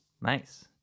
nice